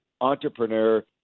entrepreneur